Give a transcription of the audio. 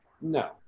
No